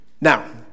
Now